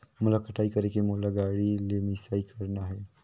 मोला कटाई करेके मोला गाड़ी ले मिसाई करना हे?